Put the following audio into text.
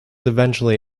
eventually